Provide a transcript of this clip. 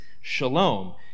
shalom